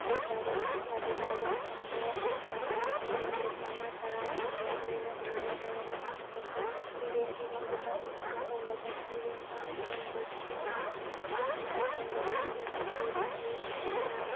ꯂꯩꯊꯔꯒ ꯆꯥꯛ ꯐꯥꯗ꯭ꯔꯤ ꯐꯥꯎꯕ ꯊꯝꯃꯣ ꯃꯇꯝ ꯈꯔ ꯃꯤꯅꯤꯠ ꯃꯉꯥ ꯇꯔꯥ ꯊꯝꯃꯣ ꯍꯥꯏꯅ ꯑꯗꯨꯃꯥꯏꯅ ꯇꯧꯔꯒ ꯆꯥꯛ ꯊꯣꯡꯕ ꯇꯥꯛꯄꯤꯔꯦ ꯑꯗꯨꯒ ꯑꯃꯨꯛꯀ ꯑꯦꯟꯁꯥꯡ ꯊꯣꯡꯕ ꯇꯥꯛꯄꯤꯔꯦ ꯑꯦꯟꯁꯥꯡ ꯊꯣꯡꯕꯁꯤꯅ ꯑꯍꯥꯟꯕ ꯊꯣꯡꯕ ꯏꯃꯥꯅ ꯇꯝꯕꯤꯕꯁꯦ ꯑꯩꯉꯣꯟꯗ